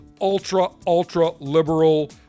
ultra-ultra-liberal